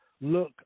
look